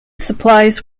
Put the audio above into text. supplies